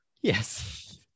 Yes